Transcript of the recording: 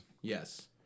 Yes